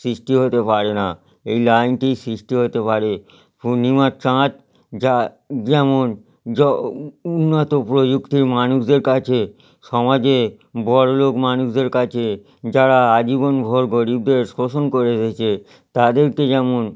সৃষ্টি হতে পারে না এই লাইনটি সৃষ্টি হতে পারে পূর্ণিমার মার চাঁদ যা যেমন য উন্নত প্রযুক্তির মানুষদের কাছে সমাজে বড়োলোক মানুষদের কাছে যারা আজীবনভর গরীবদের শোষণ করে এসেছে তাদেরকে যেমন